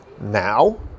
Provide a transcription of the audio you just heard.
now